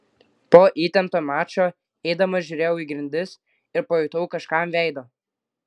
po įtempto mačo eidamas žiūrėjau į grindis ir pajutau kažką ant veido